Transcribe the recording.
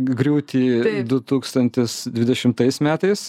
griūtį du tūkstantis dvidešimtais metais